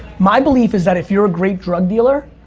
my belief is that if you're a great drug dealer,